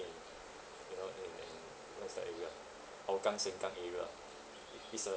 you know in an what's that area ah hougang sengkang area ah it's a